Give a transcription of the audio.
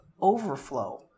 overflow